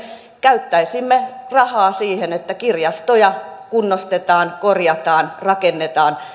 käyttäisimme rahaa siihen että kirjastoja kunnostetaan korjataan rakennetaan